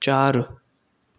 चार